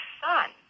son